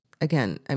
again